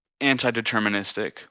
anti-deterministic